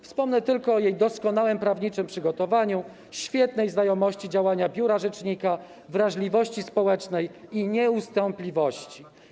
Wspomnę tylko o jej doskonałym prawniczym przygotowaniu, świetnej znajomości działania biura rzecznika, wrażliwości społecznej i nieustępliwości.